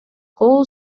кол